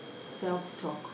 self-talk